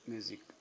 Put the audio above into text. Music